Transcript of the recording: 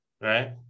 right